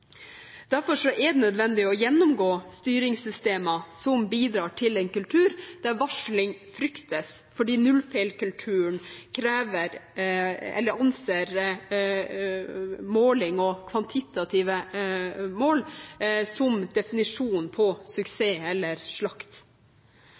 Derfor er det nødvendig å gjennomgå styringssystemer som bidrar til en kultur der varsling fryktes, fordi «nullfeilskulturen» anser målinger og kvantitative mål som definisjonen på